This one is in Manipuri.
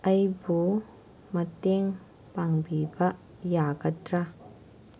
ꯑꯩꯕꯨ ꯃꯇꯦꯡ ꯄꯥꯡꯕꯤꯕ ꯌꯥꯒꯗ꯭ꯔꯥ